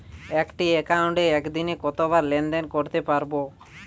একটি একাউন্টে একদিনে কতবার লেনদেন করতে পারব?